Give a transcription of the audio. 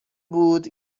بود